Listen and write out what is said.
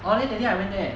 only that day I went there